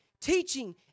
teaching